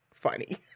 Funny